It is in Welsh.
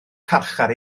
carchar